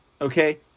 Okay